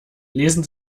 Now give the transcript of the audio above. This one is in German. lesen